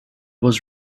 was